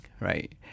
right